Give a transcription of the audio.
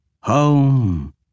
Home